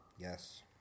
Yes